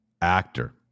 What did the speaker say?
actor